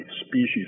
species